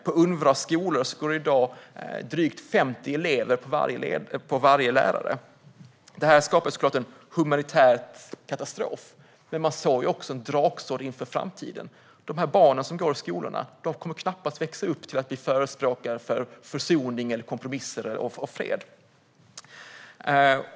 På Unrwas skolor går det i dag drygt 50 elever på varje lärare. Detta skapar såklart en humanitär katastrof, men man sår även en draksådd inför framtiden. De barn som går i dessa skolor kommer knappast att växa upp till förespråkare för försoning, kompromiss och fred.